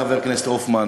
חבר הכנסת הופמן,